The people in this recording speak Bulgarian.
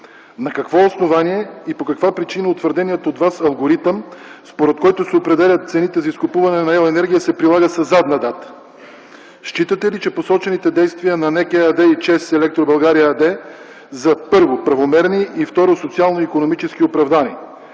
На какво основание и по каква причина утвърденият от Вас алгоритъм, според който се определят цените за изкупуване на електроенергия, се прилага със задна дата? Считате ли, че посочените действия на НЕК ЕАД и ЧЕЗ „Електро България” АД са първо, правомерни и второ, социално и икономически оправдани?